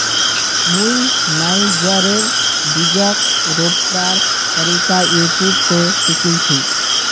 मुई नाइजरेर बीजक रोपवार तरीका यूट्यूब स सीखिल छि